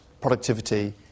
productivity